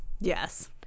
Yes